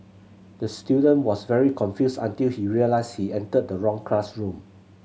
the student was very confused until he realised he entered the wrong classroom